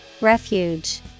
Refuge